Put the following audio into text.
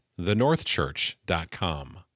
thenorthchurch.com